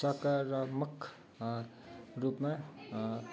सकारात्मक रुपमा